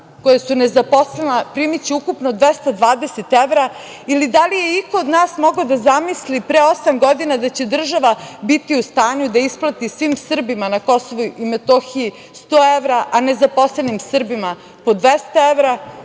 koja su nezaposlena primiće ukupno 220 evra? Da li je iko od nas mogao da zamisli pre osam godina da će država biti u stanju da isplati svim Srbima na KiM 100 evra, a nezaposlenim Srbima po 200 evra?